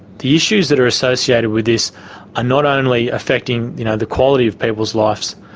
the issues that are associated with this are not only affecting you know the quality of people's lives,